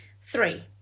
three